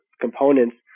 components